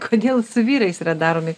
kodėl su vyrais yra daromi